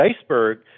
iceberg